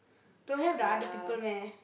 don't have the other people meh